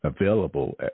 available